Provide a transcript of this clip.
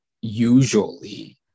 usually